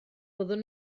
fyddwn